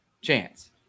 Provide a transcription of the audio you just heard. chance